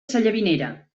sallavinera